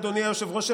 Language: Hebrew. אדוני היושב-ראש,